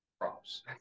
Props